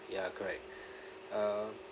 ya correct uh